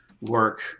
work